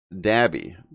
Dabby